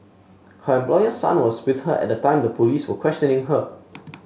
her employer's son was with her at the time the police were questioning her